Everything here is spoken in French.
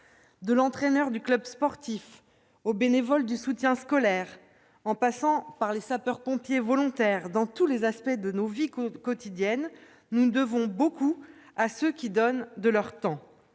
De l'entraîneur du club sportif au bénévole du soutien scolaire en passant par les sapeurs-pompiers volontaires, dans tous les aspects de nos vies quotidiennes, nous devons beaucoup à ceux qui donnent de leur temps.